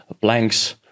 planks